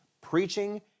preaching